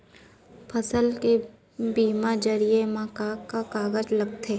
फसल के बीमा जरिए मा का का कागज लगथे?